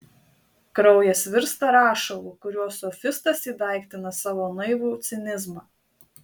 kraujas virsta rašalu kuriuo sofistas įdaiktina savo naivų cinizmą